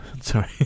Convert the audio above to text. Sorry